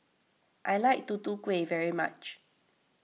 I like Tutu Kueh very much